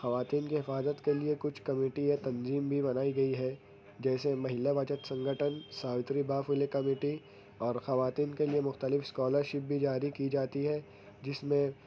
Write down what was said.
خواتین کی حفاظت کیلئے کچھ کمیٹی ہے تنظیم بھی بنائی گئی ہے جیسے Mahila budget Sangathan Savitribai Phule committee اور خواتین کے لیے مختلف اسکالرشپ بھی جاری کی جاتی ہے جس میں